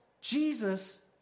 Jesus